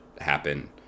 happen